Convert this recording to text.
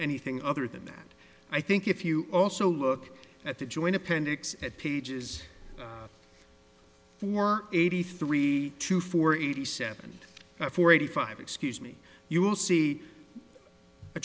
anything other than that i think if you also look at the joint appendix at pages four eighty three to four eighty seven four eighty five excuse me you will see a